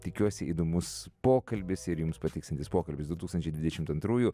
tikiuosi įdomus pokalbis ir jums patiksiantis pokalbis du tūkstančiai dvidešimt antrųjų